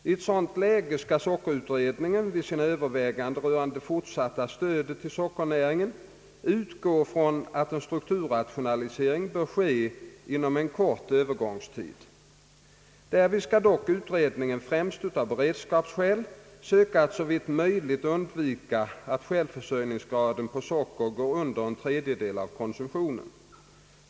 I ett sådant läge skall sockerutredningen vid sina överväganden rörande det fortsatta stödet till sockernäringen utgå från att en strukturrationalisering bör ske inom en kort övergångstid. Därvid skall dock utredningen främst av beredskapsskäl söka att såvitt möjligt undvika att självförsörjningsgraden på socker går under en tredjedel av konsumtionen.